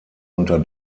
unter